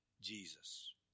Jesus